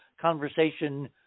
conversation